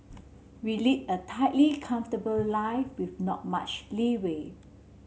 we lead a tightly comfortable life with not much leeway